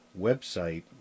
website